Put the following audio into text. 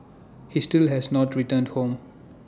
he still has not returned home